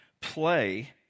play